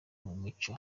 umucyo